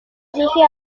elige